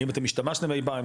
האם אתם השתמשתם אי פעם?